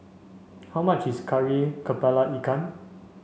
how much is Kari Kepala Ikan